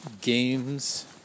Games